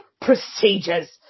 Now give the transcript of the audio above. procedures